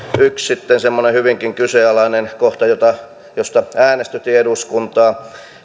yksi semmoinen hyvinkin kyseenalainen kohta josta äänestytin eduskuntaa